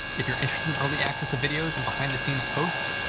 if you're interested in early access to videos and behind the scenes posts,